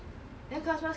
got people wear shorts